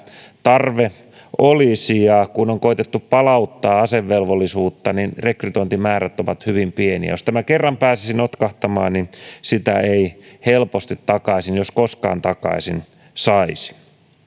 tarve olisi ja kun on koetettu palauttaa asevelvollisuutta niin rekrytointimäärät ovat olleet hyvin pieniä jos tämä kerran pääsisi notkahtamaan niin sitä ei helposti jos koskaan takaisin saisi